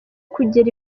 kugira